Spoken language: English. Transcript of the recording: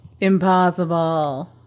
Impossible